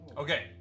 Okay